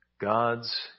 God's